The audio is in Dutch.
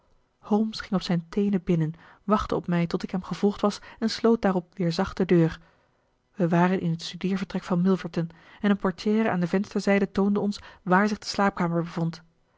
holmes ging op zijn teenen binnen wachtte op mij tot ik hem gevolgd was en sloot daarop weer zacht de deur wij waren in het studeervertrek van milverton en een portière aan de vensterzijde toonde ons waar zich de slaapkamer bevond